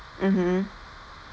mmhmm